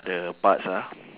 the parts ah